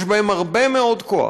יש בהם הרבה מאוד כוח.